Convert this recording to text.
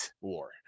war